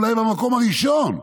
אולי במקום הראשון,